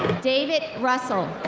david russel.